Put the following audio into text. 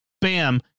bam